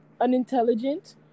unintelligent